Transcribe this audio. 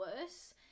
worse